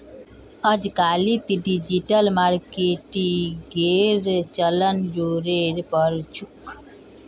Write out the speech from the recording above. अजकालित डिजिटल मार्केटिंगेर चलन ज़ोरेर पर छोक